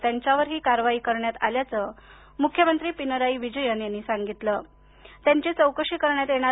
आलं आहेयांच्यावर ही कारवाई करण्यात आल्याचं मुख्यमंत्री पिनाराई विजयन यांनी सांगितलंत्यांची चौकशी करण्यात येणार